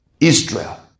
Israel